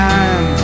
Time